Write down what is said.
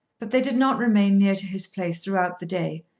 but they did not remain near to his place throughout the day,